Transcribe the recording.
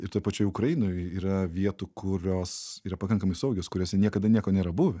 ir toj pačioj ukrainoj yra vietų kurios yra pakankamai saugios kuriose niekada nieko nėra buvę